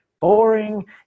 boring